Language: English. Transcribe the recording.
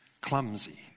clumsy